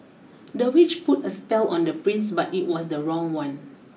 the witch put a spell on the prince but it was the wrong one